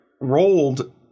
rolled